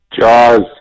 Jaws